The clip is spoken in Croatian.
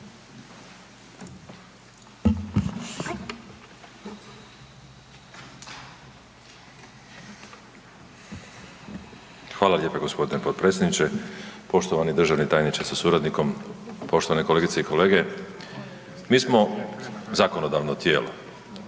Hvala lijepa g. potpredsjedniče, poštovani državni tajniče sa suradnikom, poštovane kolegice i kolege. Mi smo zakonodavno tijelo